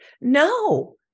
No